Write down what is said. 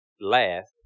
last